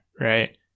right